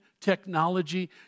technology